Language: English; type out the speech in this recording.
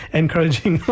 encouraging